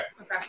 Okay